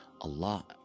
Allah